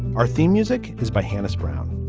our theme music is by hannah's brown.